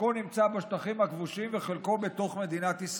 חלקו נמצא בשטחים הכבושים וחלקו בתוך מדינת ישראל.